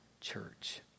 church